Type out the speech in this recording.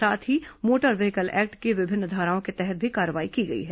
साथ ही motor vehicle act की विभिन्न धाराओं के तहत भी कार्रवाई की गई है